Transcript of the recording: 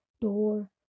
door